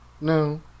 No